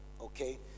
okay